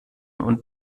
und